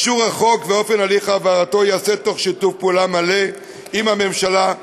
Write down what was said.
אישור החוק ואופן הליך העברתו ייעשו בשיתוף פעולה מלא עם הממשלה,